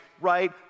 right